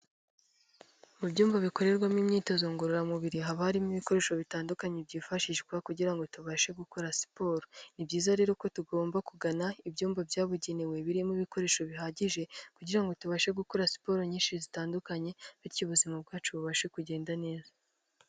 Mu byumba bikorerwamo imyitozo ngororamubiri haba harimo ibikoresho bitandukanye byifashishwa kugira ngo tubashe gukora siporo, ni byiza rero ko tugomba kugana ibyumba byabugenewe birimo ibikoresho bihagije kugira ngo tubashe gukora siporo nyinshi zitandukanye, bityo ubuzima bwacu bubashe kugenda neza.